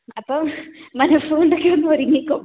അപ്പം മനസ് കൊണ്ടൊക്കെ ഒന്ന് ഒരുങ്ങിക്കോ